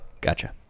Gotcha